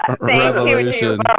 Revolution